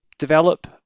develop